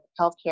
healthcare